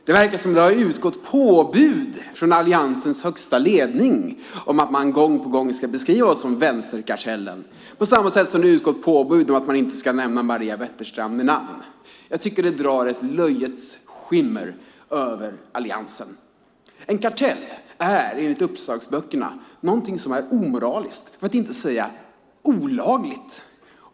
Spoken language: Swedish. Det verkar som om det har utgått påbud från Alliansens högsta ledning om att man gång på gång ska beskriva oss som vänsterkartellen, på samma sätt som det har utgått påbud om att man inte ska nämna Maria Wetterstrand vid namn. Jag tycker att det drar ett löjets skimmer över Alliansen. En kartell är enligt uppslagsböckerna någonting som är omoraliskt, för att inte säga olagligt.